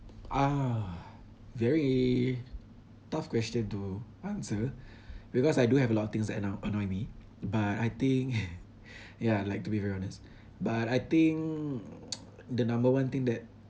ah very tough question to answer because I do have a lot of things that now annoy me but I think ya like to be very honest but I think the number one thing that